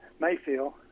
Mayfield